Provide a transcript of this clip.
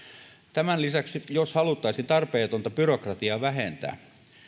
tämän lisäksi jos haluttaisiin tarpeetonta byrokratiaa vähentää